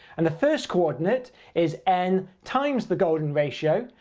and the first coordinate is n times the golden ratio,